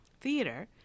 theater